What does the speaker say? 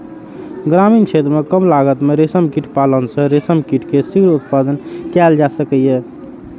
ग्रामीण क्षेत्र मे कम लागत मे रेशम कीट पालन सं रेशम कीट के शीघ्र उत्पादन कैल जा सकैए